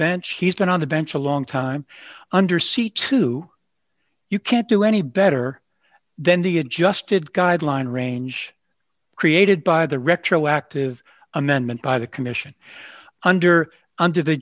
bench he's been on the bench a long time undersea to you can't do any better than the adjusted guideline range created by the retroactive amendment by the commission under under the